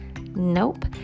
Nope